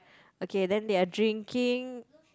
okay then they are drinking